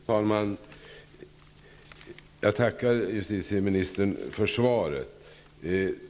Fru talman! Jag tackar justitieministern för svaret.